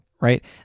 right